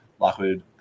Lockwood